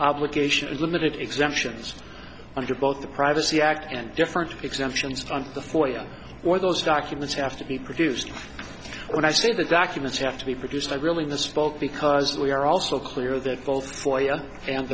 obligations limited exemptions under both the privacy act and different exemptions on the foyer or those documents have to be produced when i say the documents have to be produced i really misspoke because we are also clear that both for y